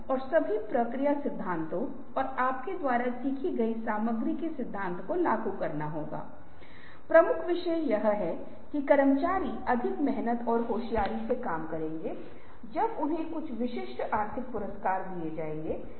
ये अलग अलग संभावित हैं इसलिए जब वे एक साथ इकट्ठा होते हैं तो यह सूचना का एक समृद्ध आधार प्रदान करेगा या तो प्रक्रिया अनुकूलन या समय अनुकूलन या नए उत्पाद विकास करेगा